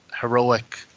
heroic